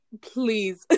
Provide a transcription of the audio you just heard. please